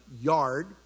yard